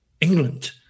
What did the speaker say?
England